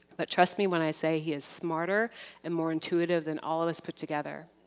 but trust me when i say he is smarter and more intuitive than all of us put together.